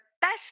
best